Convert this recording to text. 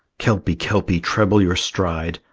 kelpie, kelpie, treble your stride!